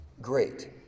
great